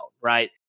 right